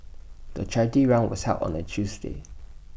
the charity run was held on A Tuesday